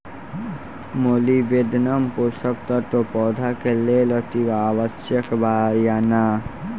Molybdenum पोषक तत्व पौधा के लेल अतिआवश्यक बा या न?